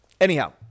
Anyhow